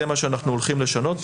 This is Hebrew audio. זה מה שאנחנו הולכים לשנות פה,